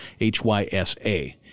HYSA